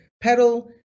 pedal